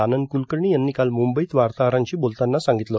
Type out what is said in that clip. आनंद कुलकर्णी यांनी काल मुंबईत वार्ताहरांशी बोलतांना सांगितलं